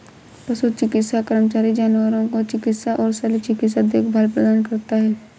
पशु चिकित्सा कर्मचारी जानवरों को चिकित्सा और शल्य चिकित्सा देखभाल प्रदान करता है